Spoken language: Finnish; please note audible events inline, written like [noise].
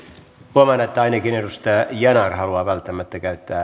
huomaan että ainakin edustaja yanar haluaa välttämättä käyttää [unintelligible]